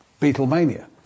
Beatlemania